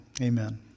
Amen